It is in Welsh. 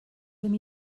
ddim